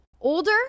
Older